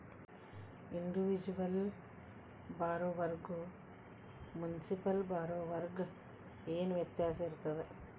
Individual ಬಾರೊವರ್ಗು municipal ಬಾರೊವರ್ಗ ಏನ್ ವ್ಯತ್ಯಾಸಿರ್ತದ?